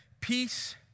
Peace